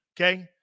Okay